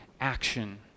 action